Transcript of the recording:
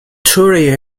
tory